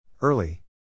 Early